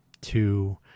two